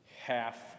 half